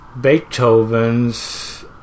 Beethoven's